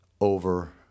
over